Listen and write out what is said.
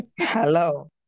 Hello